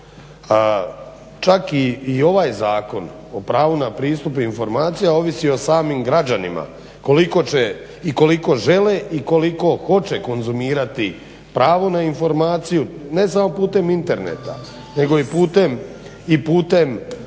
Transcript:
Čak i ovaj Zakon o pravu na pristup informacijama ovisi o samim građanima koliko će i koliko žele i koliko hoće konzumirati pravo na informaciju ne samo putem interneta nego i putem prije